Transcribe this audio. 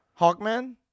Hawkman